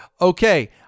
okay